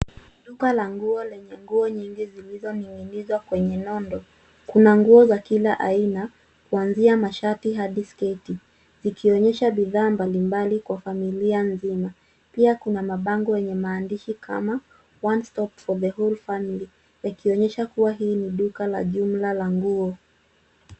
Duka la nguo lenye nguo nyingi zilizoning'inizwa kwenye nondo. Kuna nguo za kila aina kuanzia mashati hadi sketi zikionyesha bidhaa mbalimbali kwa familia nzima. Pia kuna mabango yenye maandishi kama one stop for the whole family yakionyesha kuwa hii ni duka la jumla la nguo.